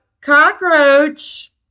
Cockroach